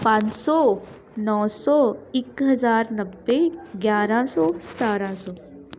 ਪੰਜ ਸੌ ਨੌ ਸੌ ਇੱਕ ਹਜ਼ਾਰ ਨੱਬੇ ਗਿਆਰ੍ਹਾਂ ਸੌ ਸਤਾਰ੍ਹਾਂ ਸੌ